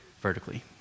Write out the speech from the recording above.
vertically